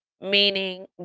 meaning